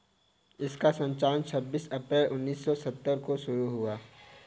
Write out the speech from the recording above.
इसका संचालन छब्बीस अप्रैल उन्नीस सौ सत्तर को शुरू हुआ